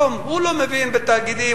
הוא לא מבין בתאגידים,